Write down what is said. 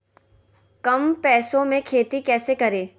कम पैसों में खेती कैसे करें?